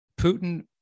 Putin